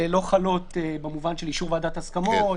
לא חלות במובן של אישור ועדת הסכמות,